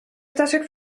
ptaszek